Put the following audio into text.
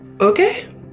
Okay